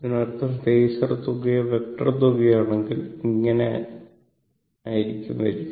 ഇതിനർത്ഥം ഫേസർ തുകയോ വെക്റ്റർ തുകയോ ആണെങ്കിൽ ഇങ്ങിനെ ആയിരിക്കും വരിക